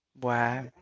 Wow